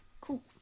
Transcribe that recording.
Cool